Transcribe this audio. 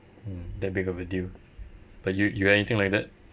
mm that big of a deal but you you have anything like that